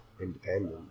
independent